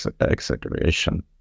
exaggeration